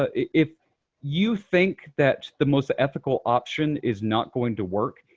ah if you think that the most ethical option is not going to work,